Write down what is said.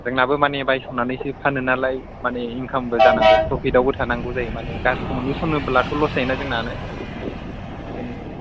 जोंनाबो माने बायस'नानैसो फानो नालाय माने इनकामबो जानांगौ प्रफिटआवबो थानांगौ जायो माने गाज्रिखौ मोनबोस'नोबाथ' लस जायो ना जोंना ओंखायनो